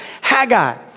Haggai